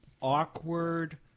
awkward